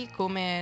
come